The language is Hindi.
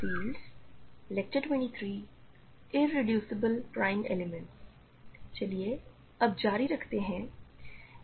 चलिए अब जारी रखते हैं